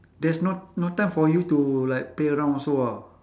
there's no no time for you to like play around also ah